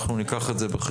אנחנו ניקח את זה בחשבון.